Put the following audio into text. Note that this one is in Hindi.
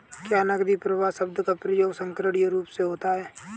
क्या नकदी प्रवाह शब्द का प्रयोग संकीर्ण रूप से होता है?